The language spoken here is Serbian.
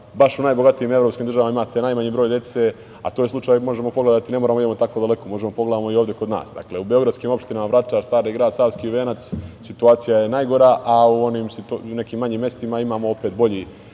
baš u najbogatijim evropskim državama imate najmanji broj dece. Taj slučaj možemo pogledati, ne moramo da idemo tako daleko, možemo da pogledamo i ovde kod nas. Dakle, u beogradskim opštinama Vračar, Stari Grad, Savski venac situacija je najgora, a u nekim manjim mestima imamo bolji